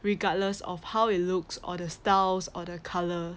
regardless of how it looks or the styles or the colour